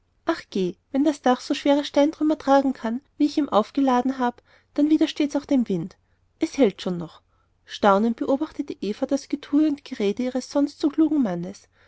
ach geh wenn das dach so schwere steintrümmer tragen kann wie ich ihm aufgeladen habe dann widersteht's auch dem wind es hält schon noch staunend beobachtete eva das getue und gerede ihres sonst so klugen mannes